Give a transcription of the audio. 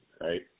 right